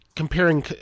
comparing